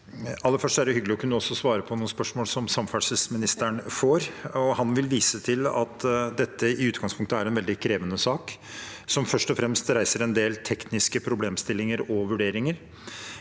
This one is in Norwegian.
er det hyggelig også å kunne svare på spørsmål som samferdselsministeren får. Han vil vise til at dette i utgangspunktet er en veldig krevende sak som først og fremst reiser en del tekniske problemstillinger og vurderinger.